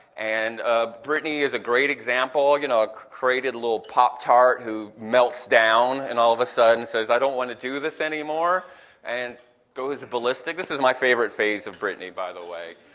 and brittney is a great example, you know a created little pop tart who melts down and all of a sudden says i don't want to do this anymore and goes ballistic. this is my favorite phase of brittney by the way.